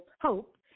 Hope